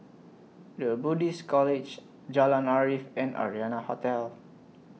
The Buddhist College Jalan Arif and Arianna Hotel